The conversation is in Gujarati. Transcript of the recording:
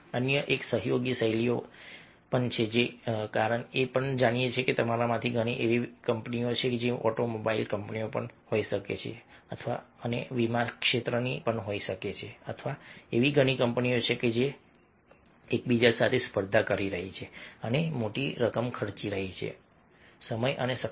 અન્ય એક સહયોગી શૈલીઓ છે કારણ કે અમે જાણીએ છીએ કે તમારામાંથી ઘણી એવી કંપનીઓ છે જે ઓટોમોબાઈલ કંપની હોઈ શકે છે અને વીમા ક્ષેત્રની પણ હોઈ શકે છે અથવા એવી ઘણી કંપનીઓ છે ઘણી કંપનીઓ છે અને તેઓ એકબીજા સાથે સ્પર્ધા કરી રહી છે અને મોટી રકમ ખર્ચી રહી છે અને સમય અને શક્તિ